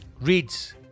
reads